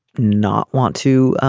not want to